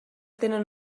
tenen